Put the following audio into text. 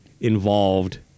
involved